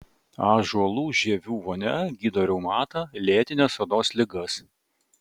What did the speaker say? ąžuolų žievių vonia gydo reumatą lėtines odos ligas